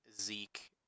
Zeke